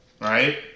right